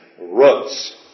Roots